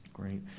great.